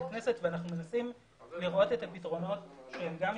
לכנסת ואנחנו מנסים לראות את הפתרונות שהם גם משפטיים,